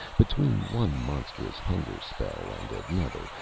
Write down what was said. between one monstrous hunger-spell and another,